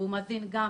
והוא מזין גם